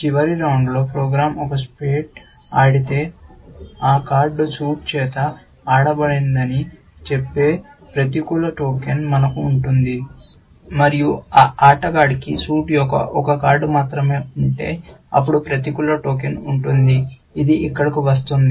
చివరి రౌండ్లో ప్రోగ్రామ్ ఒక స్పేడ్ ఆడితే ఆ కార్డు సూట్ చేత ఆడబడిందని చెప్పే ప్రతికూల టోకెన్ మనకు ఉంటుంది మరియు ఆ ఆటగాడికి సూట్ యొక్క ఒక కార్డు మాత్రమే ఉంటే అప్పుడు ప్రతికూల టోకెన్ ఉంటుంది ఇది ఇక్కడకు వస్తుంది